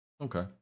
Okay